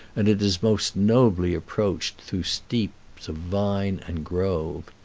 and it is most nobly approached through steeps of vine and grove.